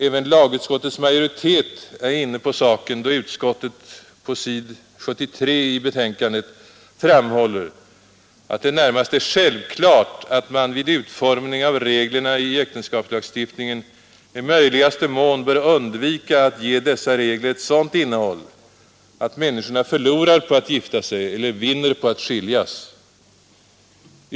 Även lagutskottets majoritet är inne saken, då utskottet på s. 73 i utskottets betänkande framhåller att det närmast är självklart att man vid utformningen av reglerna i äktenskapslagstiftningen i möjligaste mån bör undvika att ge dessa regler ett sådant innehåll, att människorna förlorar på att gifta sig eller vinner på att skiljas.